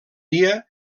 dia